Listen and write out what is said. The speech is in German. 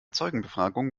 zeugenbefragung